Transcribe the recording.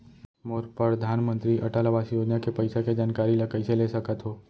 मोर परधानमंतरी अटल आवास योजना के पइसा के जानकारी ल कइसे ले सकत हो?